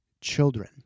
children